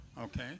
okay